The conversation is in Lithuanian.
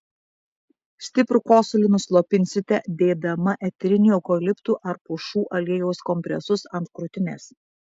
stiprų kosulį nuslopinsite dėdama eterinių eukaliptų ar pušų aliejų kompresus ant krūtinės